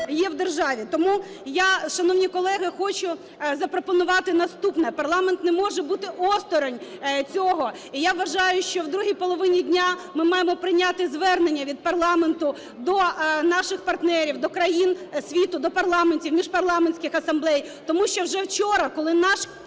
є в державі. Тому я, шановні колеги, хочу запропонувати наступне. Парламент не може бути осторонь цього. І я вважаю, що в другій половині дня ми маємо прийняти звернення від парламенту до наших партнерів, до країн світу, до парламентів, міжпарламентських асамблей. Тому що вже вчора, коли наш колега